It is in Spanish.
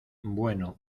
bueno